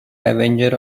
avenger